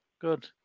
Good